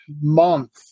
month